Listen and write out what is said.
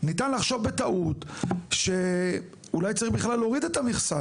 אפשר לחשוב בטעות שאולי צריך בכלל להוריד את המכסה,